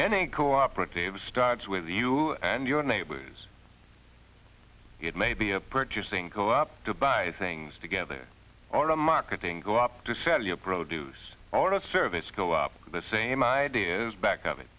any cooperatives starts with you and your neighbors it may be a purchasing go up to buy things together or a marketing go up to sell your produce or a service go up the same ideas back of it